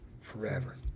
forever